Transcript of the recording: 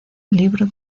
libro